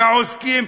את העוסקים,